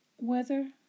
weather